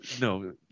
no